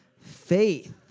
Faith